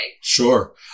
Sure